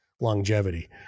longevity